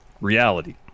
reality